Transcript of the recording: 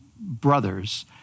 brothers